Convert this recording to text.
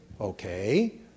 okay